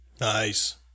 Nice